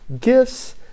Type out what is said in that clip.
gifts